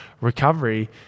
recovery